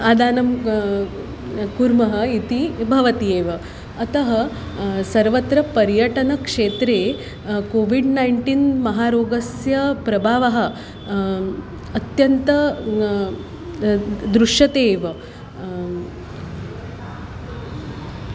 आदानं कुर्मः इति भवति एव अतः सर्वत्र पर्यटनक्षेत्रे कोविड् नैन्टीन् महारोगस्य प्रभावः अत्यन्तं दृश्यते एव